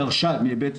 דרשה בעצם,